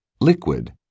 Liquid